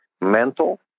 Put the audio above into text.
mental